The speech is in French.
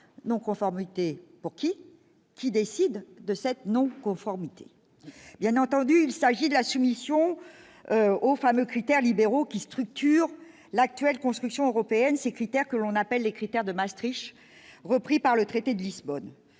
non conformité pour qui, qui décide de cette non-conformité, bien entendu, il s'agit de la soumission aux femmes critères à libéraux qui structure l'actuelle construction européenne sécuritaire que l'on appelle les critères de Maastricht, repris par le traité de Lisbonne,